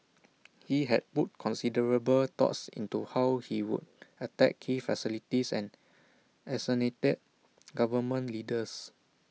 he had put considerable thoughts into how he would attack key facilities and assassinate government leaders